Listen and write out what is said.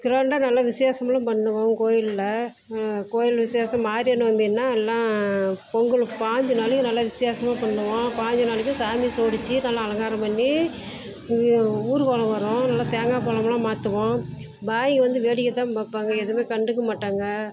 கிராண்டா நல்லா விசேஷமெல்லாம் பண்ணுவோம் கோயிலில் கோயில் விசேஷம் மாதிரி நோம்புன்னா எல்லாம் பொங்கல் பாஞ்சு நாளைக்கு நல்லா விசேஷமாக பண்ணுவோம் பாஞ்சு நாளைக்கும் சாமி ஜோடிச்சு நல்லா அலங்காரம் பண்ணி ஊர்கோலம் வரும் நல்லா தேங்காய் பழமெல்லாம் மாற்றுவோம் பாய் வந்து வேடிக்கை தான் பார்ப்பாங்க எதுவுமே கண்டுக்க மாட்டாங்க